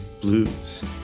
blues